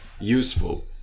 Useful